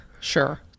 Sure